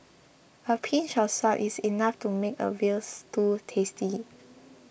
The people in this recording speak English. a pinch of salt is enough to make a Veal Stew tasty